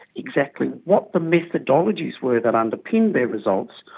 exactly what the methodologies were that underpinned their results,